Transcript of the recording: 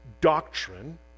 doctrine